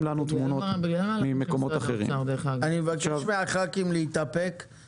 לנו תמונות ------ אני מבקש מחברי הכנסת להימנע מהערות ביניים,